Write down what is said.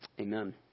Amen